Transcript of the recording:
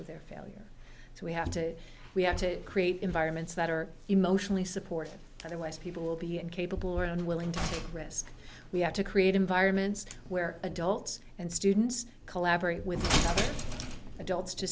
of their failure so we have to we have to create environments that are emotionally supportive otherwise people will be incapable or unwilling to risk we have to create environments where adults and students collaborate with adults to